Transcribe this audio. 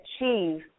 achieve